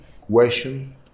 question